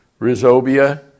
rhizobia